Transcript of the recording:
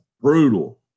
brutal